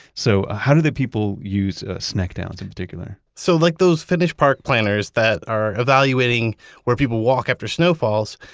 so how do the people use a sneckdowns, in particular? so like those finnish park planners that are evaluating where people walk after snowfalls,